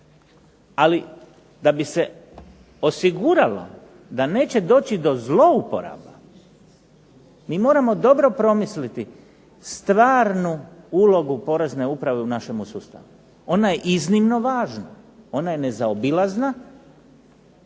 ali da bi se osiguralo da neće doći do zlouporaba mi moramo dobro promisliti stvarnu ulogu Porezne uprave u našemu sustavu. Ona je iznimno važna, ona je nezaobilazna